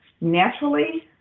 naturally